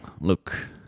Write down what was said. Look